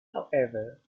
however